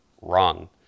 wrong